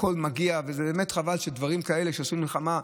הכול מגיע, ובאמת חבל שבדברים כאלה עושים מלחמה.